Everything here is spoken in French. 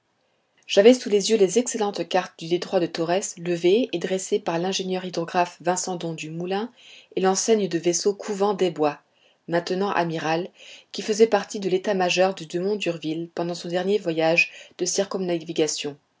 j'avais sous les yeux les excellentes cartes du détroit de torrès levées et dressées par l'ingénieur hydrographe vincendon dumoulin et l'enseigne de vaisseau coupvent desbois maintenant amiral qui faisaient partie de l'état-major de dumont d'urville pendant son dernier voyage de circumnavigation